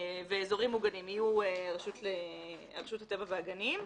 ואזורים מוגנים תהיה רשות הטבע והגנים.